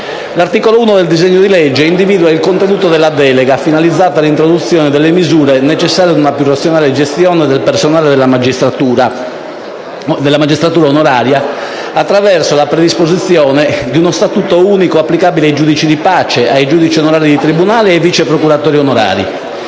L'articolo 1 del disegno di legge individua il contenuto della delega finalizzato all'introduzione di misure necessarie ad una più razionale gestione del personale della magistratura onoraria attraverso la predisposizione di uno statuto unico applicabile ai giudici di pace, ai giudici onorari di tribunale e ai vice procuratori onorari.